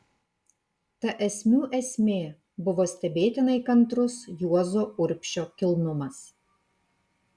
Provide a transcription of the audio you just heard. ta esmių esmė buvo stebėtinai kantrus juozo urbšio kilnumas